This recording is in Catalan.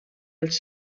els